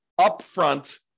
upfront